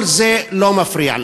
כל זה לא מפריע להם,